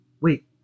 wait